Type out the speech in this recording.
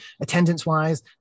Attendance-wise